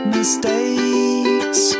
mistakes